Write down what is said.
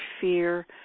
fear